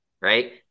right